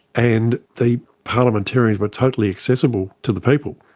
and the parliamentarians were totally accessible to the people.